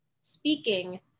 speaking